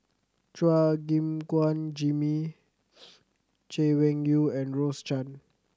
Chua Gim Guan Jimmy Chay Weng Yew and Rose Chan